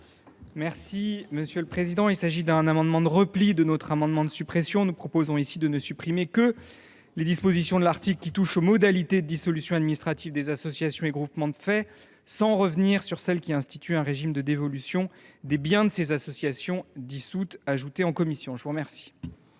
M. Ian Brossat. Il s’agit d’un amendement de repli. Nous proposons ici de ne supprimer que les dispositions de l’article qui touchent aux modalités de dissolution administrative des associations et groupements de fait, sans revenir sur celles qui instituent un régime de dévolution des biens de ces associations dissoutes, ajoutées en commission. L’amendement